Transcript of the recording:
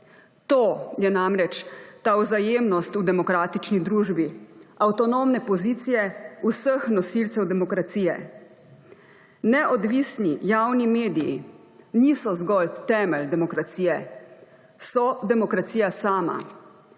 To je namreč ta vzajemnost v demokratični družbi avtonomne pozicije vseh nosilcev demokracije. Neodvisni javni mediji niso zgolj temelj demokracije, so demokracija sama.